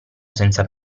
senza